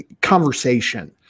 conversation